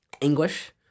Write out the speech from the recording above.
English